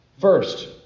First